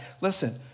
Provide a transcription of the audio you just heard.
listen